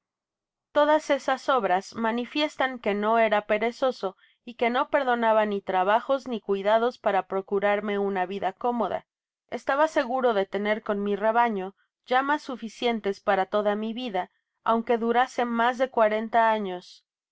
todas esas obras manifiestan que no era perezoso y que no perdonaba ni trabajos ni cuidados para procurarme una vida cómoda estaba seguro de tener con mi rebaño llamas suficientes para toda mi vida aunque durase mas de cuarenta años